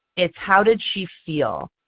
it's how did she feel?